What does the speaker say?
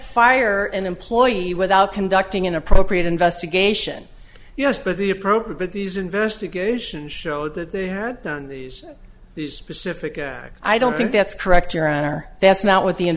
fire an employee without conducting an appropriate investigation yes but the appropriate these investigation showed that they had done these these specific acts i don't think that's correct your honor that's not what the